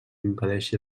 impedeixi